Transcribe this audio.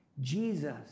Jesus